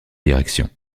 direction